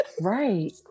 right